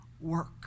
work